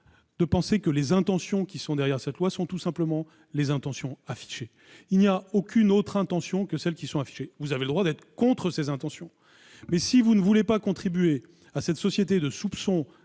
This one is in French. soumettrai -que les intentions qui sont derrière ce projet de loi sont tout simplement les intentions affichées. Autrement dit, il n'y a aucune autre intention que celle qui est affichée. Vous avez le droit d'être contre ces intentions ; mais si vous ne voulez pas contribuer à alimenter cette société du soupçon